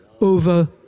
over